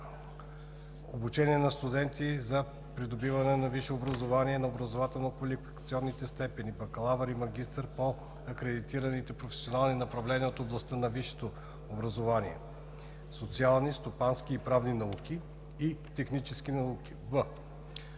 обучение на студенти за придобиване на висше образование на образователно-квалификационните степени „бакалавър“ и „магистър“ по акредитирани професионални направления от областите на висшето образование „Социални, стопански и правни науки“ и „Технически науки“;